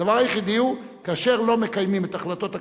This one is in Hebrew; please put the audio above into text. הדבר היחיד הוא, כאשר לא מקיימים את החלטות הכנסת,